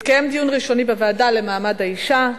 התקיים דיון ראשוני בוועדה למעמד האשה.